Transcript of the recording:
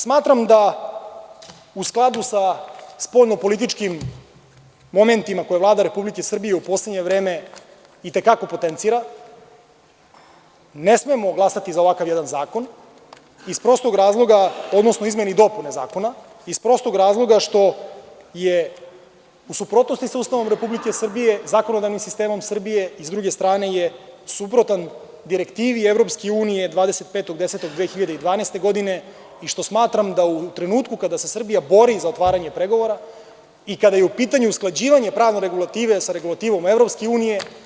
Smatram da u skladu sa spoljno-političkim momentima koje Vlada RS u poslednje vreme i te kako potencira ne smemo glasati za ovakav jedan zakon iz prostog razloga, odnosno izmene i dopune zakona, što je u suprotnosti sa Ustavom RS, zakonodavnim sistemom RS i sa druge strane je suprotan direktivi EU od 25.10.2012. godine i što smatram da u trenutku kada se Srbija bori za otvaranje pregovora i kada je u pitanju usklađivanje pravne regulative sa regulativom EU